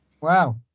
wow